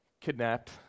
kidnapped